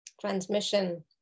transmission